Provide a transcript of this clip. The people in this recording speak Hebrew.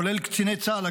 כולל קציני צה"ל,